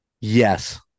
yes